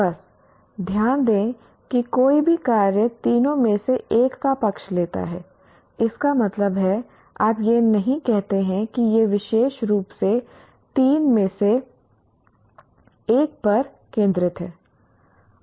बस ध्यान दें कि कोई भी कार्य तीनों में से एक का पक्ष लेता है इसका मतलब है आप यह नहीं कहते हैं कि यह विशेष रूप से तीन में से एक पर केंद्रित है